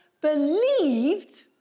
believed